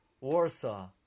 Warsaw